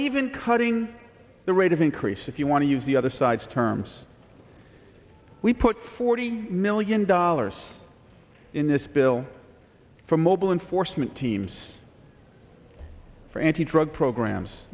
even cutting the rate of increase if you want to use the other side's terms we put forty million dollars in this bill for mobile enforcement teams for anti drug programs